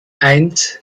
eins